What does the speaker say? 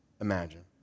imagine